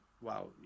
wow